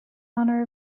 honor